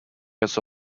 gets